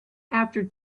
after